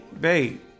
babe